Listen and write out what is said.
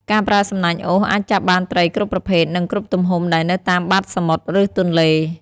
ការប្រើសំណាញ់អូសអាចចាប់បានត្រីគ្រប់ប្រភេទ និងគ្រប់ទំហំដែលនៅតាមបាតសមុទ្រ ឬទន្លេ។